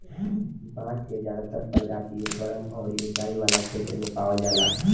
बांस के ज्यादातर प्रजाति गरम अउरी उचाई वाला क्षेत्र में पावल जाला